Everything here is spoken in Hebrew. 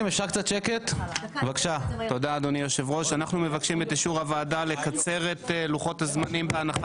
אנחנו מבקשים מהוועדה לקצר את לוחות הזמנים בהנחה